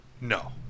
No